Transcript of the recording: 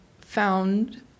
found